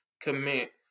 commit